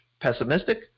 pessimistic